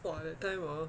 !wah! that time orh